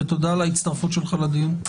ותודה על ההצטרפות שלך לדיון.